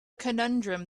conundrum